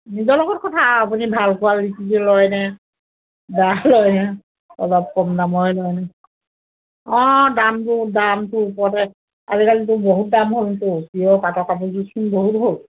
নিজৰ লগত কথা আপুনি ভাল কোৱালিটি লয়নে বা অলপ কম দামৰে লয় অঁ দামটো দামটোৰ ওপৰতে আজিকালিতো বহুত দাম হ'লটো পিয়'ৰ পাটৰ কাপোৰটো বহুত হ'ল